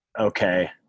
Okay